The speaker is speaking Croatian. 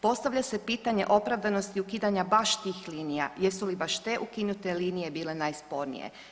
Postavlja se pitanje opravdanosti ukidanja baš tih linija, jesu li baš te ukinute linije bile najspornije?